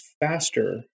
faster